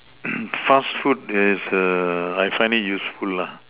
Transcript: fast food is err I find it useful lah